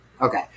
Okay